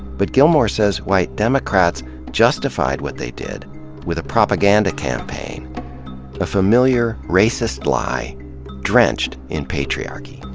but gilmore says white democrats justified what they did with a propaganda campaign a familiar racist lie drenched in patriarchy.